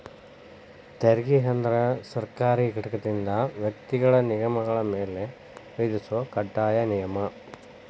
ತೆರಿಗೆ ಅಂದ್ರ ಸರ್ಕಾರಿ ಘಟಕದಿಂದ ವ್ಯಕ್ತಿಗಳ ನಿಗಮಗಳ ಮ್ಯಾಲೆ ವಿಧಿಸೊ ಕಡ್ಡಾಯ ನಿಯಮ